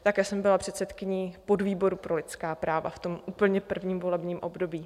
Také jsem byla předsedkyní podvýboru pro lidská práva v úplně prvním volebním období.